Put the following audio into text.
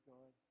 God